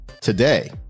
Today